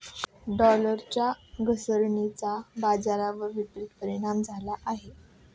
डॉलरच्या घसरणीचा बाजारावर विपरीत परिणाम झाला आहे